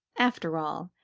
after all,